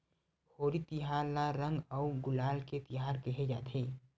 होरी तिहार ल रंग अउ गुलाल के तिहार केहे जाथे